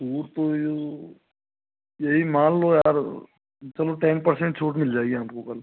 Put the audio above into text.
वो तो है यही मान लो यार चलो टेन परसेंट छूट मिल जाएगी आपको कल